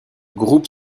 groupe